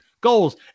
goals